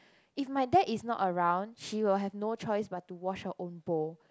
if my dad is not around she will have no choice but to wash her own bowl